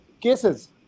cases